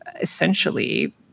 essentially